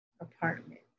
apartment